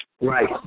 Right